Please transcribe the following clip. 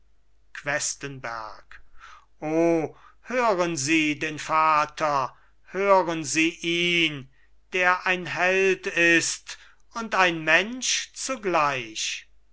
questenberg o hören sie den vater hören sie ihn der ein held ist und ein mensch zugleich